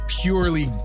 Purely